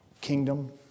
kingdom